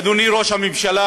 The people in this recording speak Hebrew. אדוני ראש הממשלה,